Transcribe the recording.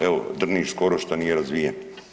Evo Drniš skoro što nije razvijen.